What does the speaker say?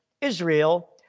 Israel